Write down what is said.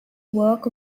work